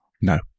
No